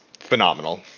Phenomenal